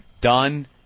done